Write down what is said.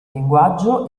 linguaggio